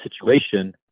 situation